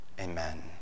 Amen